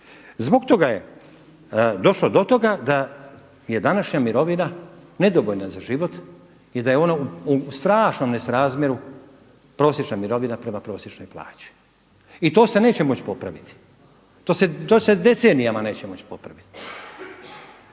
Zbog toga je došlo do toga da je današnja mirovina nedovoljna za život i da je ona u strašnom nesrazmjeru prosječna mirovina prema prosječnoj plaći. I to se neće moći popraviti, to se decenijama neće moći popraviti.